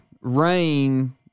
rain